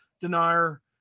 denier